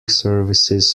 services